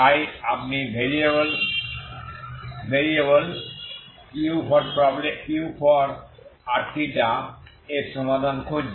তাই আপনি variable urθ এর সমাধান খুঁজছেন